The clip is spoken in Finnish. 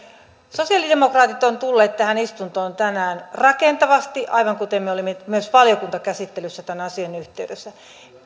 sosiaalidemokraatit ovat tulleet tähän istuntoon tänään rakentavasti aivan kuten myös valiokuntakäsittelyssä tämän asian yhteydessä